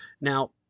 Now